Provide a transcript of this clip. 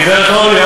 גברת אורלי,